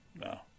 No